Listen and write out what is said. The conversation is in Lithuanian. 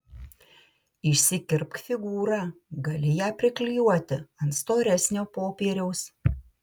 išsikirpk figūrą gali ją priklijuoti ant storesnio popieriaus